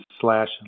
slash